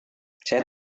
saya